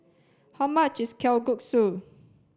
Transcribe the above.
how much is Kalguksu